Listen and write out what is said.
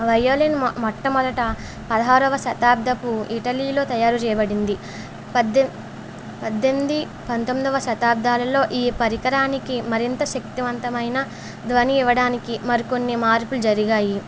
violin మొ మొట్టమొదట పదహారవ శతాబ్దపు ఇటలీలో తయారు చేయబడింది పద్దెం పద్దెంది పంతొందవ శతాబ్దాలలో ఈ పరికరానికి మరింత శక్తివంతమైన ధ్వని ఇవ్వడానికి మరికొన్ని మార్పుల్ జరిగాయి